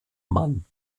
mann